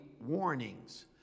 warnings